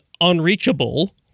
unreachable